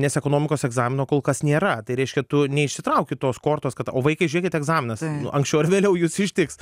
nes ekonomikos egzamino kol kas nėra tai reiškia tu neišsitrauki tos kortos kad o vaikai žiūrėkit egzaminas anksčiau ar vėliau jus ištiks